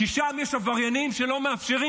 כי שם יש עבריינים שלא מאפשרים,